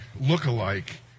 look-alike